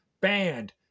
banned